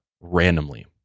randomly